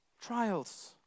trials